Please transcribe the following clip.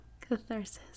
catharsis